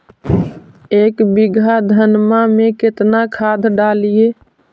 एक बीघा धन्मा में केतना खाद डालिए?